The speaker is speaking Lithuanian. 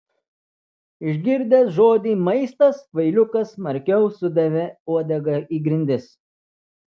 išgirdęs žodį maistas kvailiukas smarkiau sudavė uodega į grindis